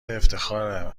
افتخاره